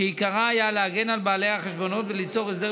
שעיקרה היה להגן על בעלי החשבונות וליצור הסדר